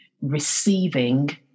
receiving